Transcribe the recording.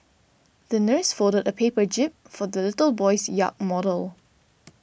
the nurse folded a paper jib for the little boy's yacht model